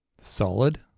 solid